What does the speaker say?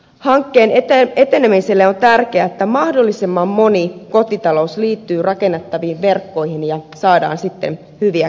hankkeen etenemiselle on tärkeää että mahdollisimman moni kotitalous liittyy rakennettaviin verkkoihin ja saadaan sitten hyviä käytänteitä aikaan